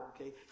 okay